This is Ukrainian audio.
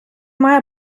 має